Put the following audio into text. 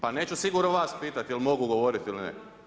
Pa neću sigurno vas pitati jel mogu govoriti ili ne.